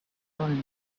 cylinder